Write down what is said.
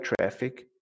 traffic